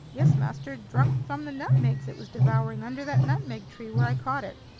yes, master, drunk from the nutmegs it was devouring under that nutmeg tree where i caught it.